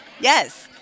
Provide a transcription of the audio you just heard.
Yes